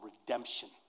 redemption